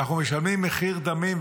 ואנחנו משלמים מחיר דמים.